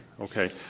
Okay